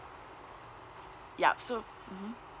yup so mmhmm